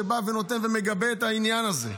שבא ונותן ומגבה את העניין הזה.